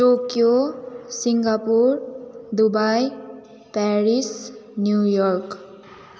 Tokyo Singapore Dubai Paris New York